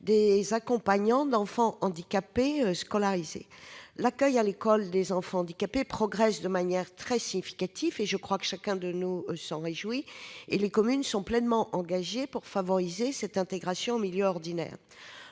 des accompagnants d'enfants handicapés scolarisés. L'accueil à l'école des enfants handicapés progresse de manière très significative, et chacun de nous s'en réjouit. Les communes se sont pleinement engagées pour favoriser l'intégration en milieu ordinaire.